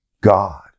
God